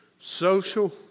social